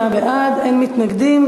28 בעד, אין מתנגדים.